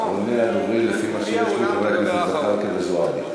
ואחרוני הדוברים, הוא הדובר האחרון.